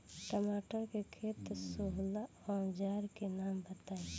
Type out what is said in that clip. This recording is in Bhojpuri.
टमाटर के खेत सोहेला औजर के नाम बताई?